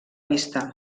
vista